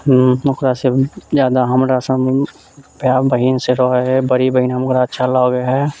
हम ओकरा से जादा हमरा से प्यार बहीन से रहै है बड़ी बहन हमरा अच्छा लागै है